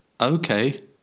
Okay